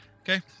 Okay